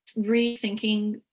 rethinking